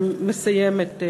מסיימת.